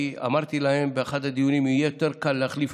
כי אמרתי להם באחד הדיונים: יהיה יותר קל להחליף